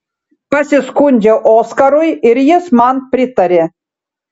pasiskundžiau oskarui ir jis man pritarė